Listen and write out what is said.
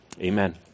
Amen